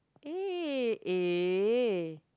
eh eh